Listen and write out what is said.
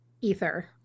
ether